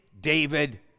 David